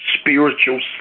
spiritual